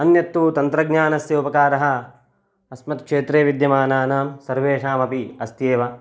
अन्यतं तन्त्रज्ञानस्य उपकारः अस्मत् क्षेत्रे विद्यमानानां सर्वेषामपि अस्ति एव